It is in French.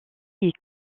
est